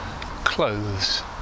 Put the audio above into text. clothes